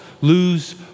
lose